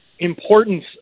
importance